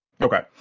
Okay